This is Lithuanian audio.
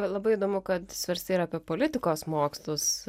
labai įdomu kad svarstei ir apie politikos mokslus